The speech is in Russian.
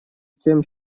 тем